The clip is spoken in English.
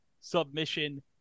Submission